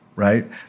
right